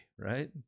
right